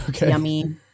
Yummy